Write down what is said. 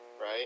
Right